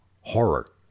horror